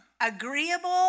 Agreeable